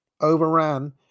overran